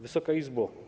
Wysoka Izbo!